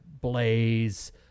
blaze